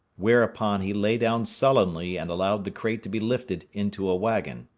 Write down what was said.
whereupon he lay down sullenly and allowed the crate to be lifted into a wagon.